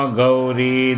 Gauri